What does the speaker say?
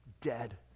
dead